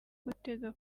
gutega